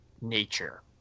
nature